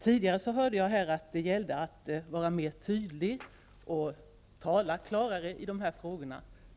Tidigare hörde jag att det gällde att vara tydligare och tala klarare i dessa frågor.